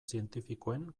zientifikoen